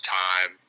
time